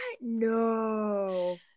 No